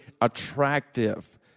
attractive